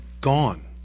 gone